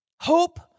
hope